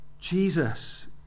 Jesus